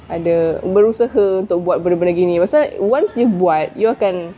ada berusaha untuk buat benda-benda gini once you buat you akan